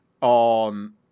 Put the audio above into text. on